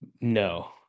No